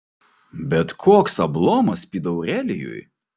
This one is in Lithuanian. bet koks ablomas pydaurelijui